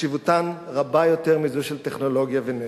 חשיבותן רבה יותר מזו של טכנולוגיה ונשק.